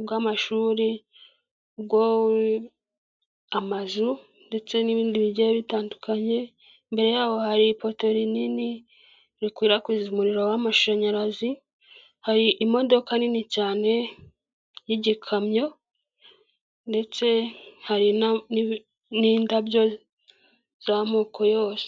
ubw'amashuri, ubw'amazu ndetse n'ibindi bigiye bitandukanye, imbere y'aho hari ipoto rinini rikwirakwiza umuriro w'amashanyarazi, hari imodoka nini cyane y'igikamyo ndetse hari n'indabyo z'amoko yose.